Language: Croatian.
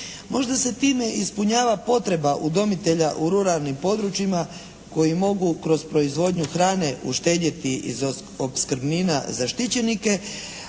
Možda se time i ispunjava potreba udomitelja u ruralnim područjima koji mogu kroz proizvodnju hrane uštedjeti za opskrbnina za štićenike,